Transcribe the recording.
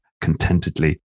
contentedly